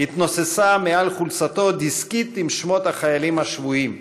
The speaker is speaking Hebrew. התנוססה מעל חולצתו דסקית עם שמות החיילים השבויים,